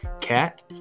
cat